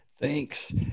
Thanks